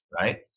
right